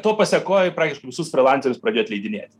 to pasėkoj praktiškai visus frilancerius pradėjo atleidinėti